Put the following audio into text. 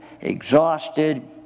exhausted